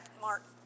Mark